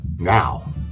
Now